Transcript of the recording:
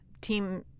Team